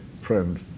friend